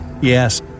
Yes